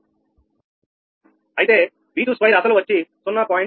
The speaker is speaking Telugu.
9986 మైనస్ ఇది